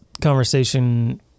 conversation